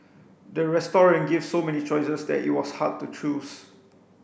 the restaurant gave so many choices that it was hard to choose